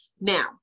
now